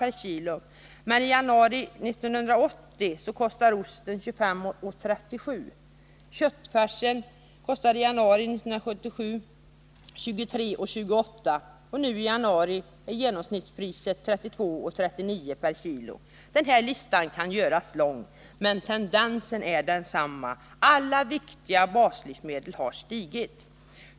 per kilo, men i januari 1980 kostade den 25:37 kr. per kilo, Köttfärsen kostade i januari 1977 23:28 kr. per kilo, men i januari 1980 var genomsnittspriset på köttfärs 32:39 kr. per kilo. Listan kan göras längre, men tendensen är densamma — priserna på alla viktiga baslivsmedel har stigit.